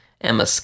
Emma